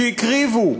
שהקריבו,